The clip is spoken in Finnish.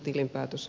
talman